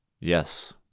Yes